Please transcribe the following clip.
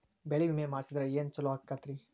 ಬೆಳಿ ವಿಮೆ ಮಾಡಿಸಿದ್ರ ಏನ್ ಛಲೋ ಆಕತ್ರಿ?